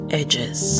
edges